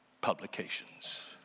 publications